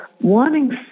wanting